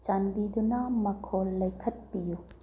ꯆꯥꯟꯕꯤꯗꯨꯅ ꯃꯈꯣꯜ ꯂꯩꯈꯠꯄꯤꯎ